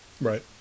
Right